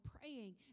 praying